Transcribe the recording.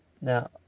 Now